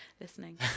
listening